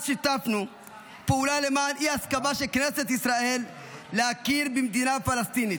אז שיתפנו פעולה למען אי-הסכמה של כנסת ישראל להכיר במדינה פלסטינית,